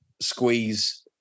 squeeze